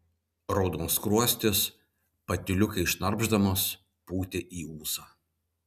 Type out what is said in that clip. raudonskruostis patyliukais šnarpšdamas pūtė į ūsą